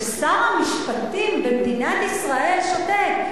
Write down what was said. ששר המשפטים במדינת ישראל שותק.